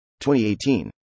2018